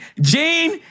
Gene